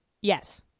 Yes